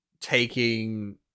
taking